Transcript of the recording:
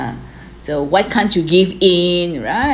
so why can't you give in right